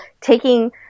taking